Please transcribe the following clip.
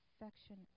affectionate